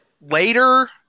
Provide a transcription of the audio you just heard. later